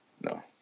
No